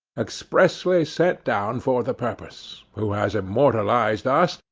expressly sent down for the purpose, who has immortalized us,